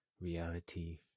reality